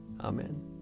Amen